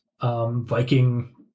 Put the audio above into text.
Viking